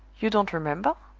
you don't remember?